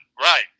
right